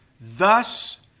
thus